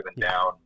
down